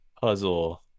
puzzle